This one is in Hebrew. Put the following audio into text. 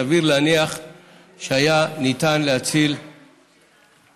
סביר להניח שניתן היה להציל אותה.